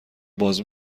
باز